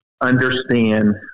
understand